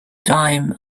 time